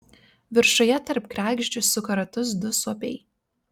viršuje tarp kregždžių suka ratus du suopiai